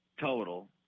total